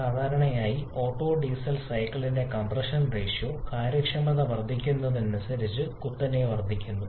സാധാരണയായി Otto diesel സൈക്കിളിന്റെ compression ratio കാര്യക്ഷമത വർദ്ധിക്കുന്നതിനനുസരിച്ച് കുത്തനെ വർദ്ധിക്കുന്നു